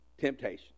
temptation